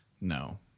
No